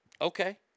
Okay